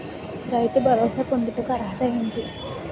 రైతు భరోసా పొందుటకు అర్హత ఏంటి?